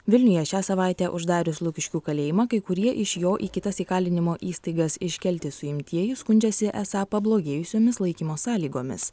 vilniuje šią savaitę uždarius lukiškių kalėjimą kai kurie iš jo į kitas įkalinimo įstaigas iškelti suimtieji skundžiasi esą pablogėjusiomis laikymo sąlygomis